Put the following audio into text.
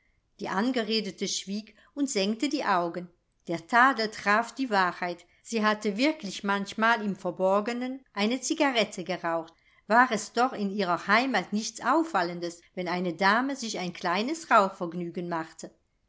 die angeredete schwieg und senkte die augen der tadel traf die wahrheit sie hatte wirklich manchmal im verborgenen eine cigarette geraucht war es doch in ihrer heimat nichts auffallendes wenn eine dame sich ein kleines rauchvergnügen machte